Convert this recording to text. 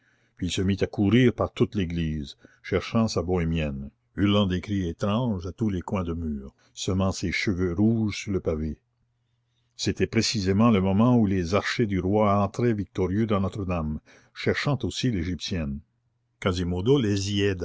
puis il se mit à courir par toute l'église cherchant sa bohémienne hurlant des cris étranges à tous les coins de mur semant ses cheveux rouges sur le pavé c'était précisément le moment où les archers du roi entraient victorieux dans notre-dame cherchant aussi l'égyptienne quasimodo